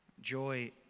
Joy